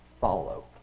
follow